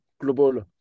global